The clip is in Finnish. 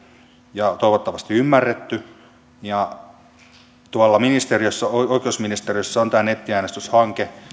ja toivottavasti ymmärretty tuolla oikeusministeriössä on tämä nettiäänestyshanke